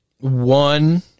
One